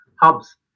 hubs